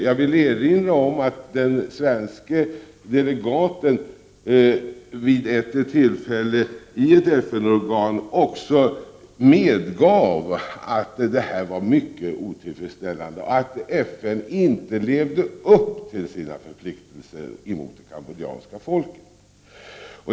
Jag vill erinra om att den svenska delegaten vid ett tillfälle i ett FN-organ också medgav att detta var mycket otillfredsställande. Han sade också att FN inte levde upp till sina förpliktelser mot det kambodjanska folket.